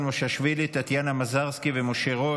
סימון מושיאשוילי, טטיאנה מזרסקי ומשה רוט.